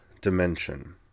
dimension